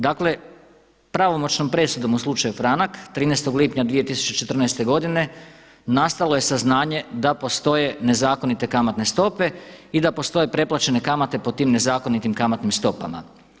Dakle, pravomoćnom presudom u slučaju Franak 13. lipnja 2014. godine nastalo je saznanje da postoje nezakonite kamatne stope i da postoje preplaćene kamate po tim nezakonitim kamatnim stopama.